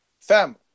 fam